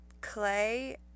Clay